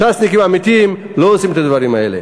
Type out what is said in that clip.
ש"סניקים אמיתיים לא עושים את הדברים האלה.